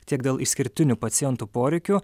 tiek dėl išskirtinių pacientų poreikių